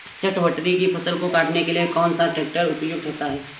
चटवटरी की फसल को काटने के लिए कौन सा ट्रैक्टर उपयुक्त होता है?